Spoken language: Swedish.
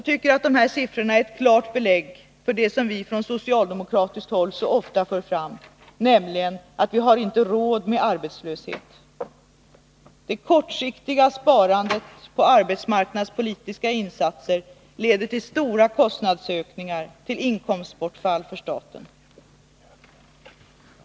Dessa siffror tycker jag är ett belägg för vad vi socialdemokrater så ofta säger: Vi har inte råd med arbetslösheten. Det kortsiktiga sparandet på de arbetsmarknadspolitiska insatserna leder till mycket stora kostnadsökningar för staten genom kontantstödet och förorsakar statligt inkomstbortfall.